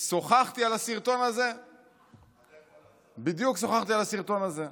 שוחחתי בדיוק על הסרטון הזה,